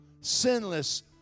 sinless